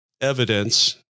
evidence